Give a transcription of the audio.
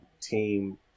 team